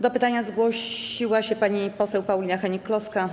Do pytania zgłosiła się pani poseł Paulina Hennig-Kloska.